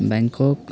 Bangkok